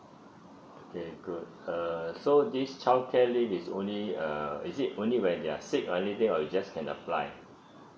okay good uh so this childcare leave is only uh is it only when they are sick or anything or you just can apply